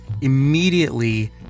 immediately